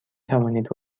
توانید